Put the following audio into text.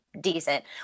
decent